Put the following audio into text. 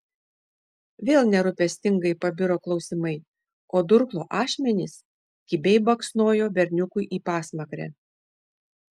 vėl nerūpestingai pabiro klausimai o durklo ašmenys kibiai baksnojo berniukui į pasmakrę